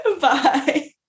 Bye